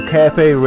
Cafe